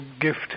gift